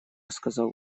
сказал